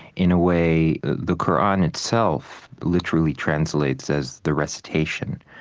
in a way, the qur'an itself literally translates as the recitation,